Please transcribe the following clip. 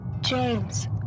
James